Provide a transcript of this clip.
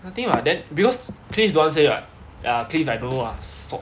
I think about then because cliff don't want say what ah cliff I don't know ah sot